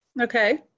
Okay